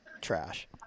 trash